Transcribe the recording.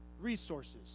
resources